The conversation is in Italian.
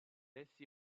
essi